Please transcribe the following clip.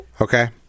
okay